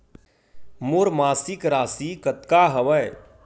मोर मासिक राशि कतका हवय?